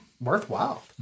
worthwhile